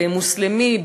במוסלמי,